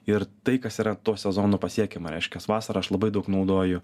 ir tai kas yra to sezono pasiekiama reiškias vasarą aš labai daug naudoju